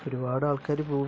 ഒരുപാട് ആൾക്കാര് പോകും